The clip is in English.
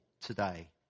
today